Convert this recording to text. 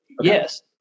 Yes